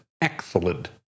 excellent